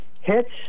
hits